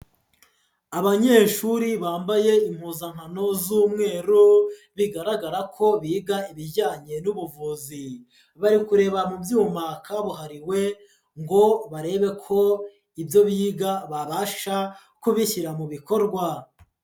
Abanyeshuri bambaye impuzankano z'umweru, bigaragara ko biga ibijyanye n'ubuvuzi, bari kureba mu byuma kabuhariwe, ngo barebe ko ibyo biga babasha kubishyira mu bikorwa.